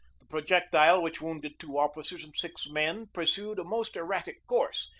the projectile which wounded two officers and six men pursued a most erratic course.